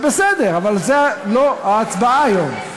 זה בסדר, אבל זו לא ההצבעה היום,